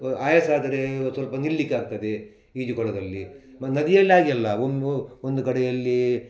ಆಯಾಸಾದರೆ ಒಂದು ಸ್ವಲ್ಪ ನಿಲ್ಲಿಕಾಗ್ತದೆ ಈಜು ಕೊಳದಲ್ಲಿ ನದಿಯಲ್ಲಾಗಲ್ಲ ಒಂದು ಒಂದು ಕಡೆಯಲ್ಲಿ